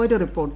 ഒരു റിപ്പോർട്ട്